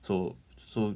so so